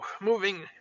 moving